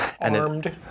Armed